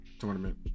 tournament